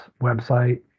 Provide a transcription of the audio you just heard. website